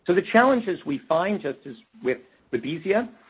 so the challenges we find just, as with babesia,